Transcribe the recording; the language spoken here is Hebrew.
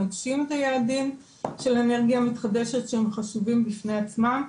נגשים את היעדים של אנרגיה מתחדשת שהם חשובים בפני עצמם,